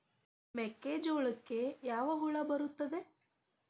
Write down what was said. ಮೆಕ್ಕೆಜೋಳಕ್ಕೆ ಯಾವ ಹುಳ ಬರುತ್ತದೆ?